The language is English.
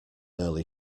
early